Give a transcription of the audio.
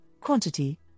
quantity